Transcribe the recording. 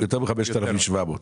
יותר מ-5,700 ₪,